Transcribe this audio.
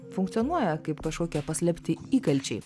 funkcionuoja kaip kažkokie paslėpti įkalčiai